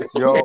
yo